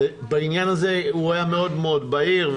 בעניין הזה הוא היה מאוד מאוד בהיר.